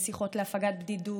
שיחות להפגת בדידות,